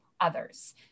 others